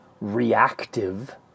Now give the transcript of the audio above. reactive